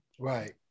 right